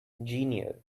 genial